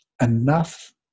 enough